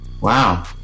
Wow